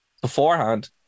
beforehand